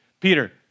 Peter